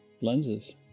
lenses